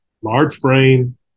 large-frame